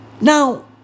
Now